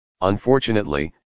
Unfortunately